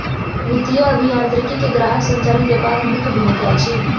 वित्तीय अभियांत्रिकी के ग्राहक संचालित व्यापार में मुख्य भूमिका अछि